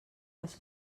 les